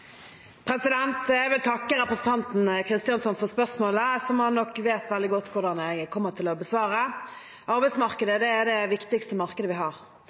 her?» Jeg vil takke representanten Kristjánsson for spørsmålet, som han nok vet veldig godt hvordan jeg kommer til å besvare. Arbeidsmarkedet er det viktigste markedet vi har.